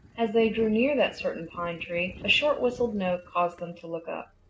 as they drew near that certain pine-tree, a short whistled note caused them to look up.